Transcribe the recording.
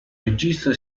regista